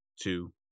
Two